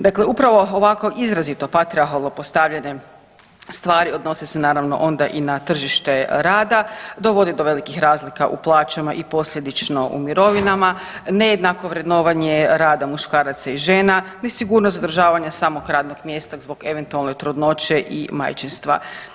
Dakle, upravo ovakvo izrazito patrijarhalno postavljanje stvari odnosi se naravno onda i na tržište rada, dovodi do velikih razlika u plaćama i posljedično u mirovinama, nejednako vrednovanje rada muškaraca i žena, nesigurnost održavanja samog radnog mjesta zbog eventualne trudnoće i majčinstva.